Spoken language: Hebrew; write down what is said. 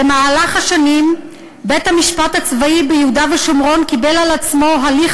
במהלך השנים בית-המשפט הצבאי ביהודה ושומרון קיבל על עצמו הליך